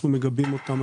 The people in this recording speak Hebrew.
אנחנו מגבים אותן,